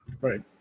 Right